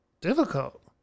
Difficult